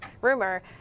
rumor